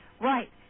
Right